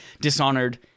Dishonored